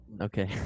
Okay